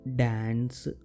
dance